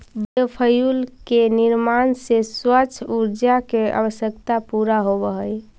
biofuel के निर्माण से स्वच्छ ऊर्जा के आवश्यकता पूरा होवऽ हई